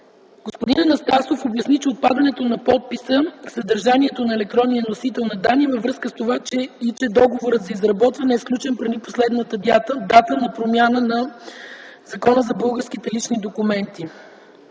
Господин Анастасов обясни, че отпадането на подписа в съдържанието на електронния носител на данни е във връзка и с това, че договорът за изработването на документите е сключен преди последната дата на промяна на Закона за българските лични документи,